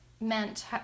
meant